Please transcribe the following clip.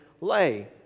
lay